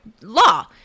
law